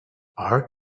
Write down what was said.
are